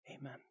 Amen